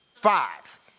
Five